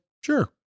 sure